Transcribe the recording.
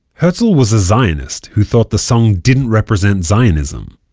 herzl was a zionist who thought the song didn't represent zionism.